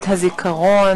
דרכנו,